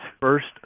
first